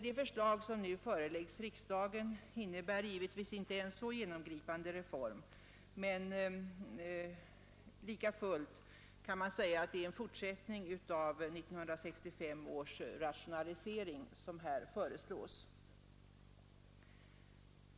Det förslag som nu föreläggs riksdagen innebär givetvis inte en så genomgripande reform, men likafullt kan man säga att det är en fortsättning av 1965 års rationalisering som här föreslås.